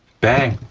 bang,